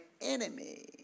enemy